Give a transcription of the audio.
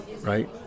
right